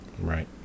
Right